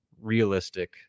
realistic